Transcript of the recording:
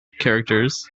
characters